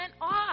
off